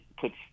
puts –